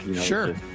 Sure